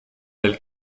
del